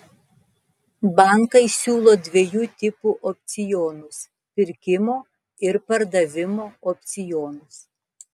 bankai siūlo dviejų tipų opcionus pirkimo ir pardavimo opcionus